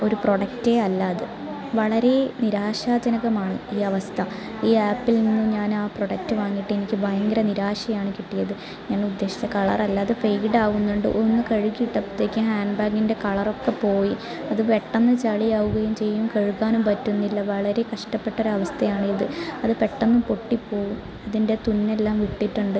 ഒരു പ്രൊഡക്റ്റേ അല്ല അതു വളരെ നിരാശാ ജനകമാണ് ഈ അവസ്ഥ ഈ ആപ്പിൽ നിന്ന് ഞാനാ പ്രൊഡക്റ്റ് വാങ്ങിയിട്ടെനിക്ക് ഭയങ്കര നിരാശയാണ് കിട്ടിയത് ഞാനുദ്ദേശിച്ച കളറല്ലത് ഫേഡാകുന്നുണ്ട് ഒന്നു കഴുകി ഇട്ടപ്പത്തേക്ക് ഹാൻഡ് ബാഗിൻ്റെ കളറൊക്കെ പോയി അത് പെട്ടെന്നു ചളിയാകുകയും ചെയ്യും കഴുകാനും പറ്റുന്നില്ല വളരെ കഷ്ടപ്പെട്ടൊരവസ്ഥയാണിത് അതു പെട്ടെന്ന് പൊട്ടി പോകും അതിൻ്റെ തുന്നെല്ലാം വിട്ടിട്ടുണ്ട്